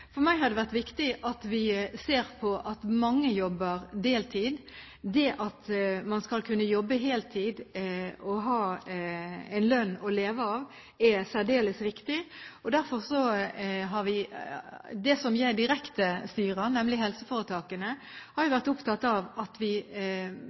for gode arbeidsvilkår for nettopp denne gruppen. For meg har det vært viktig at vi ser på at mange jobber deltid. Det at man skal kunne jobbe heltid og ha en lønn å leve av, er særdeles viktig. Det jeg styrer direkte, helseforetakene, har